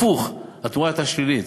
הפוך, התמורה הייתה שלילית.